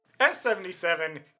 S77